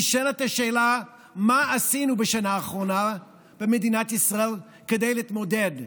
נשאלת השאלה מה עשינו בשנה האחרונה במדינת ישראל כדי להתמודד,